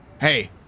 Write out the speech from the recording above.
hey